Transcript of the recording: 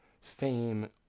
fame